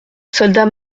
soldats